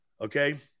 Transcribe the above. Okay